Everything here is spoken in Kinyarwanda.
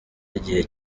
igihe